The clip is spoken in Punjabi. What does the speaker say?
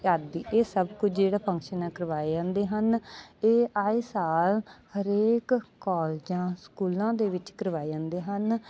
ਆਦਿ ਇਹ ਸਭ ਕੁਝ ਜਿਹੜਾ ਫੰਕਸ਼ਨ ਆ ਕਰਵਾਇਆ ਜਾਂਦੇ ਹਨ ਇਹ ਆਏ ਸਾਲ ਹਰੇਕ ਕਾਲਜਾਂ ਸਕੂਲਾਂ ਦੇ ਵਿੱਚ ਕਰਵਾਏ ਜਾਂਦੇ ਹਨ